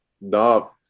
No